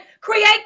create